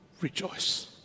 rejoice